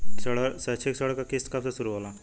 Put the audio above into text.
शैक्षिक ऋण क किस्त कब से शुरू होला?